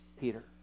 Peter